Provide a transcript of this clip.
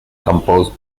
composed